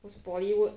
those bollywood